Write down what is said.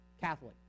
Catholic